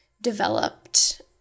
developed